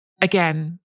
again